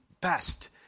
best